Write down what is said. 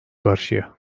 karşıya